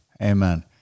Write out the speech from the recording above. Amen